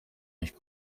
nicht